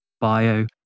bio